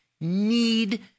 need